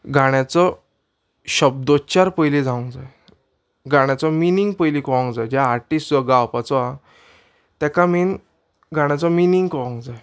गाण्याचो शब्दोचार पयलीं जावंक जाय गाण्याचो मिनींग पयलीं कोवोंक जाय जे आर्टिस्ट जो गावपाचो आहा तेका मेन गाण्याचो मिनींग कोवोंक जाय